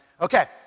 Okay